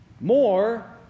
more